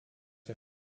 wir